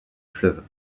fleuve